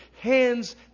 hands